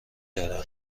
داره